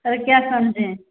और क्या समझे